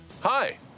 Hi